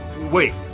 Wait